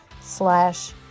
slash